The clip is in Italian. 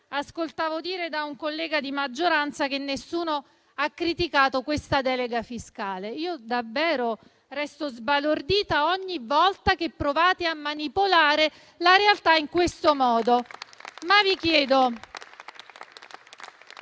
ascoltato dire da un collega di maggioranza che nessuno ha criticato questa delega fiscale: davvero resto sbalordita ogni volta che provate a manipolare la realtà in questo modo.